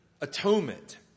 atonement